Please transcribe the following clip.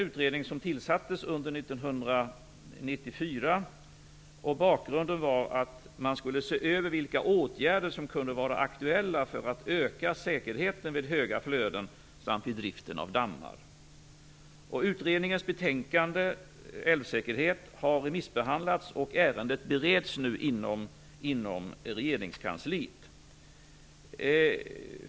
Utredningen tillsattes 1994 för att se över vilka åtgärder som kunde vara aktuella för att öka säkerheten vid höga flöden samt vid driften av dammar. Utredningens betänkande, Älvsäkerhet, har remissbehandlats, och ärendet bereds nu inom regeringskansliet.